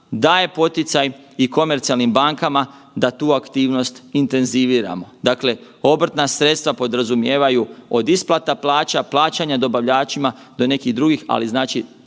daje poticaj i komercijalnim bankama da tu aktivnost intenziviramo. Dakle, obrtna sredstva podrazumijevaju od isplata plaća, plaćanja dobavljačima do nekih drugih, ali znači